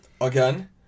Again